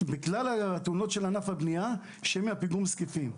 של ענף הבנייה שהן מפיגום זקיפים.